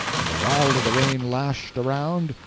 and the wilder the rain lashed around,